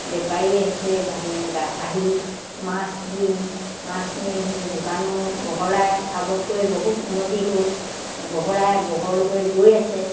বেপাৰী আহিছে গায় আহি মাছ দিওঁ মাছ নিয়েহি দোকানো বহলাই আগতকৈ বহুত উন্নতি হ'ল বহলাই বহল হৈ গৈ আছে